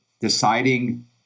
deciding